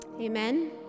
Amen